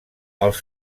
els